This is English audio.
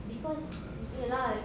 because ya lah